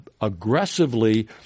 aggressively